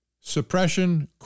suppression